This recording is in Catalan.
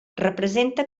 representa